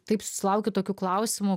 taip susilaukiu tokių klausimų